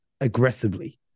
aggressively